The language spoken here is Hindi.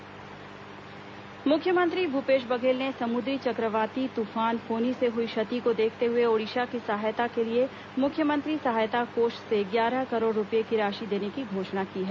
मुख्य ओडिशा सहायता मुख्यमंत्री भूपेश बघेल ने समुद्री चक्रवाती तूफान फोनी से हुई क्षति को देखते हुए ओडिशा की सहायता के लिए मुख्यमंत्री सहायता कोष से ग्यारह करोड़ रूपए की राशि देने की घोषणा की है